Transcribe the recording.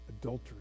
adultery